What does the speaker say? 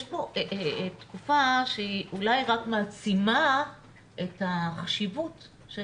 יש פה תקופה שהיא אולי רק מעצימה את החשיבות של